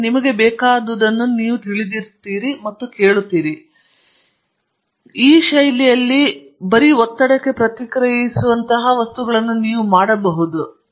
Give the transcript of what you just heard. ಇದೀಗ ನಿಮಗೆ ಬೇಕಾದುದನ್ನು ನೀವು ತಿಳಿದಿರುತ್ತೀರಿ ಮತ್ತು ನೀವು ಕೇಳುತ್ತೀರಿ ಈ ಶೈಲಿಯಲ್ಲಿ ಬರಿ ಒತ್ತಡಕ್ಕೆ ಪ್ರತಿಕ್ರಿಯಿಸುವಂತಹ ವಸ್ತುಗಳನ್ನು ನೀವು ಮಾಡಬಹುದು